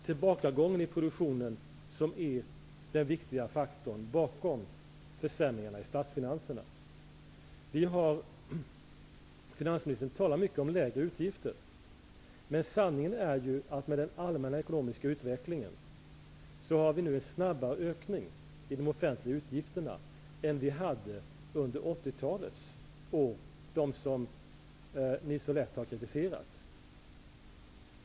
Tillbakagången i produktionen är också den viktiga faktorn bakom försämringarna i statsfinanserna. Finansministern talar mycket om lägre utgifter. Sanningen är ju att vi med den allmänna ekonomiska utvecklingen nu har en snabbare ökning i de offentliga utgifterna än vi hade under 80-talets år, som ni har så lätt att kritisera.